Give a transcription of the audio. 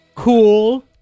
Cool